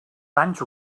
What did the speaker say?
danys